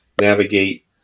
navigate